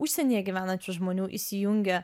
užsienyje gyvenančių žmonių įsijungia